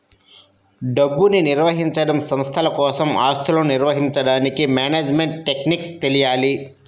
డబ్బుని నిర్వహించడం, సంస్థల కోసం ఆస్తులను నిర్వహించడానికి మేనేజ్మెంట్ టెక్నిక్స్ తెలియాలి